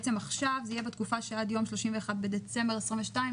ועכשיו זה יהיה לתקופה של עד יום 31 בדצמבר 22',